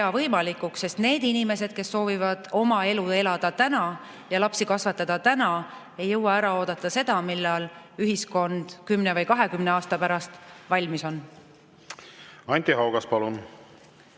võimalikuks, sest need inimesed, kes soovivad oma elu elada täna ja lapsi kasvatada täna, ei jõua ära oodata, millal ühiskond 10–20 aasta pärast valmis on. Anti Haugas, palun!